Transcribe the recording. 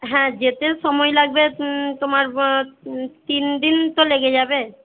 হ্যাঁ যেতেও সময় লাগবে তোমার তিন দিন তো লেগে যাবে